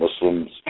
Muslims